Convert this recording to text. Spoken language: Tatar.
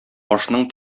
ашның